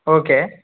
okay